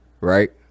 Right